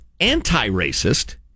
anti-racist